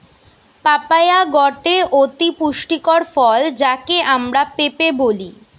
papaya গটে অতি পুষ্টিকর ফল যাকে আমরা পেঁপে বলি